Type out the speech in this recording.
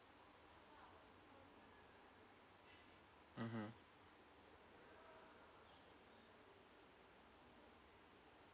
mmhmm